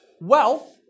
Wealth